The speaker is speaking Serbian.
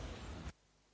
Hvala,